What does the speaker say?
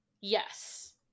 yes